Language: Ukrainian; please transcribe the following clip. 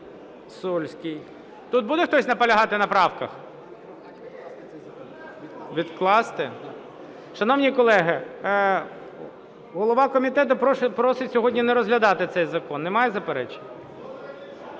Сольський). Тут буде хтось наполягати на правках? Відкласти? Шановні колеги, голова комітету просить сьогодні не розглядати цей закон. Немає заперечень?